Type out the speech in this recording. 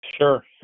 Sure